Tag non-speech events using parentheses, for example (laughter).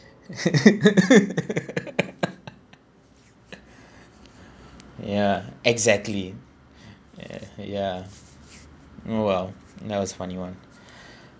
(laughs) yeah exactly ya ya well now it's funny [one]